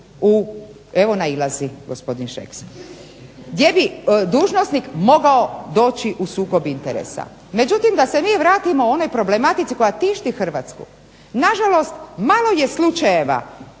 evo nailazi gospodin Šeks, gdje bi dužnosnik mogao doći u sukob interesa. Međutim, da se mi vratimo onoj problematici koja tišti Hrvatsku. Na žalost malo je slučajeva